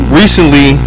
recently